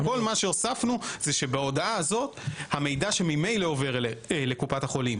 כל מה שהוספנו זה שבהודעה הזאת המידע שממילא עובר לקופת החולים,